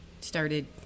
started